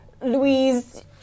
Louise